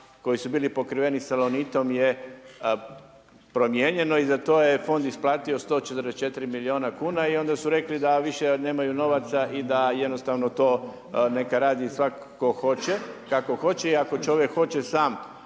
koji su bili pokriveni salonitom je promijenjeno i za to je Fond isplatio 144 milijuna kuna i onda su rekli da više nemaju novaca i da jednostavno to neka radi svak tko hoće i kako hoće i ako čovjek hoće sam